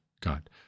God